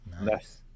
nice